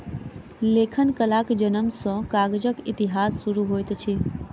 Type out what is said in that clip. लेखन कलाक जनम सॅ कागजक इतिहास शुरू होइत अछि